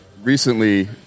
Recently